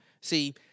See